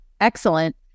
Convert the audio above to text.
excellent